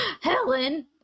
Helen